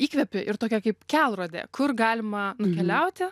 įkvepi ir tokia kaip kelrodė kur galima nukeliauti